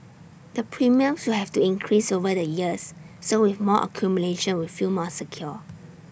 the premiums so have to increase over the years so with more accumulation we feel more secure